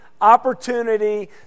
opportunity